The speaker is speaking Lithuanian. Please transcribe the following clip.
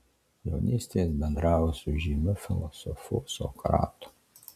jaunystėje jis bendravo su įžymiu filosofu sokratu